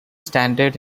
standard